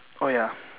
oh ya